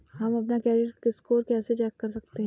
हम अपना credit score कैसे देख सकते हैं?